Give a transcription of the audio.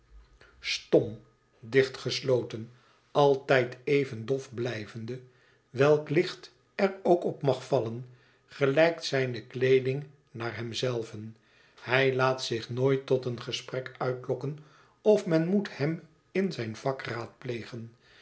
stom dicht gesloten altijd even dof blijvende welk licht er ook op mag vallen gelijkt zijne kleeding naar hem zelven hij laat zich nooit tot een gesprek uitlokken of men moet hem in zijn vak raadplegen